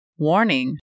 Warning